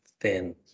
thin